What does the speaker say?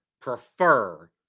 prefer